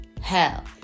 hell